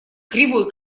кривой